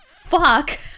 Fuck